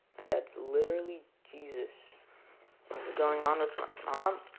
my dad's literally jesus. what's going on with my mom?